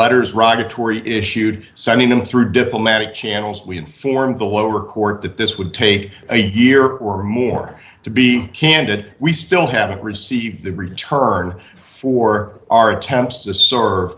letters right atory issued sending them through diplomatic channels we informed the lower court that this would take a year or more to be candid we still haven't received the return for our attempts to serve